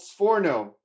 Sforno